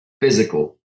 physical